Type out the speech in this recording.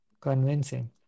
convincing